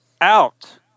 out